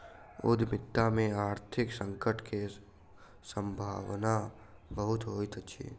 उद्यमिता में आर्थिक संकट के सम्भावना बहुत होइत अछि